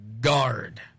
guard